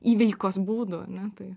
įveikos būdų ar ne tai